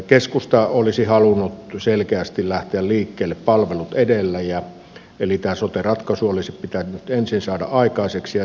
keskusta olisi halunnut lähteä liikkeelle selkeästi palvelut edellä eli tämä sote ratkaisu olisi pitänyt ensin saada aikaiseksi ja sen jälkeen vasta edetä muutoin